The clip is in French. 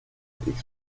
exprimée